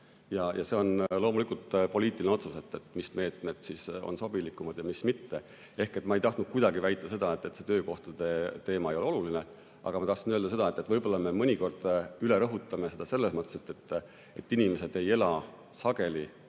on. See on loomulikult poliitiline otsus, mis meetmed on sobilikumad ja mis mitte. Ehk ma ei tahtnud kuidagi väita seda, et töökohtade teema ei ole oluline, vaid ma tahtsin öelda seda, et võib-olla me mõnikord ülerõhutame seda selles mõttes, et inimesed ei ela sageli